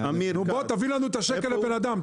בוא תביא לנו את השקל לבן אדם.